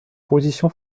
position